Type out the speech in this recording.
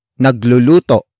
Nagluluto